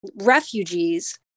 refugees